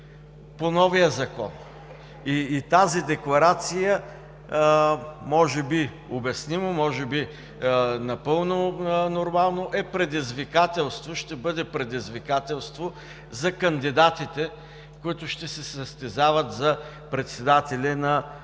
по новия закон. Тази декларация, може би обяснимо, може би напълно нормално, ще бъде предизвикателство за кандидатите, които ще се състезават за председатели на